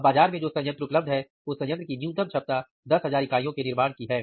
अब बाजार में जो संयंत्र उपलब्ध है उस सयंत्र की न्यूनतम क्षमता 10000 इकाइयो के निर्माण की हैं